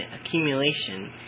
accumulation